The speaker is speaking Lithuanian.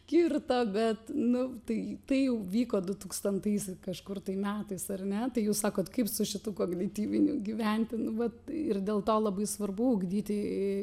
kirto bet nu tai tai jau vyko du tūkstantais kažkur tai metais ar ne tai jūs sakote kaip su šituo kognityviniu gyventi nu vat ir dėl to labai svarbu ugdyti